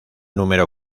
número